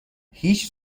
هیچ